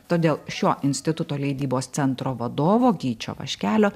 todėl šio instituto leidybos centro vadovo gyčio vaškelio